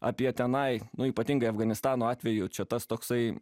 apie tenai nu ypatingai afganistano atveju čia tas toksai